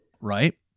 Right